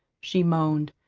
she moaned.